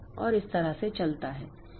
तो इस तरह से चलता है